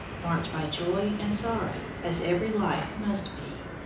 marked by joy and sorrow as every life must be.